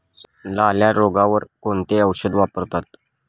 लाल्या रोगावर कोणते औषध वापरतात?